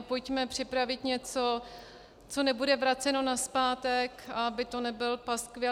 Pojďme připravit něco, co nebude vraceno nazpátek, aby to nebyl paskvil.